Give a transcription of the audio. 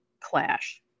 clash